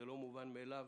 זה לא מובן מאליו